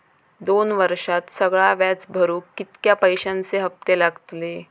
दोन वर्षात सगळा व्याज भरुक कितक्या पैश्यांचे हप्ते लागतले?